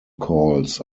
calls